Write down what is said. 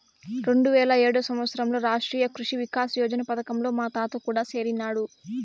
రెండువేల ఏడు సంవత్సరంలో రాష్ట్రీయ కృషి వికాస్ యోజన పథకంలో మా తాత కూడా సేరినాడు